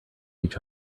each